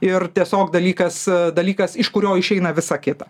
ir tiesiog dalykas dalykas iš kurio išeina visa kita